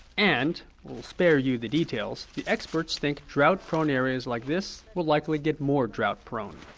and we'll spare you the details the experts think drought-prone areas like this will likely get more drought-prone